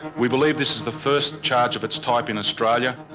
we believe this is the first charge of its type in australia,